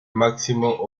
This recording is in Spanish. máximo